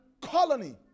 colony